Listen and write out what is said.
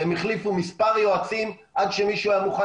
והם החליפו מספר יועצים עד שמישהו היה מוכן